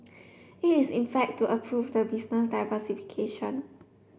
it is in fact to approve the business diversification